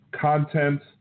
content